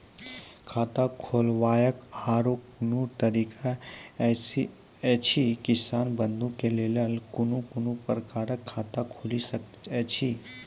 खाता खोलवाक आर कूनू तरीका ऐछि, किसान बंधु के लेल कून कून प्रकारक खाता खूलि सकैत ऐछि?